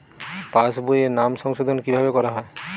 পাশ বইয়ে নাম সংশোধন কিভাবে করা হয়?